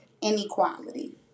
inequality